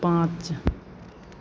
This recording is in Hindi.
पाँच